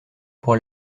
pour